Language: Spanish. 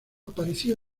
apareció